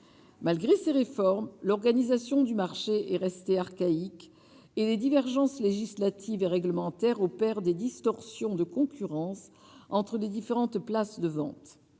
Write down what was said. malgré ces réformes, l'organisation du marché est restée archaïque et les divergences législative et réglementaire opèrent des distorsions de concurrence entre les différentes places de Paris,